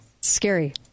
scary